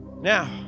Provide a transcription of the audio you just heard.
now